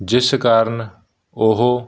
ਜਿਸ ਕਾਰਨ ਉਹ